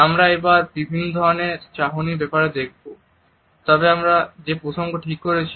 আমরা এবার বিভিন্ন ধরনের চাহনির ব্যাপারে দেখব তবে আমরা যে প্রসঙ্গ ঠিক করেছি